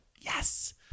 Yes